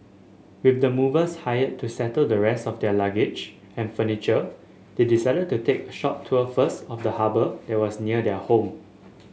with the movers hired to settle the rest of their luggage and furniture they decided to take a short tour first of the harbour that was near their home